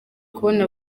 kubona